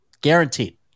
Guaranteed